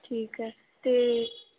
ਠੀਕ ਹੈ ਅਤੇ